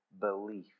belief